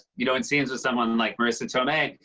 you know, in scenes with someone like marisa tomei.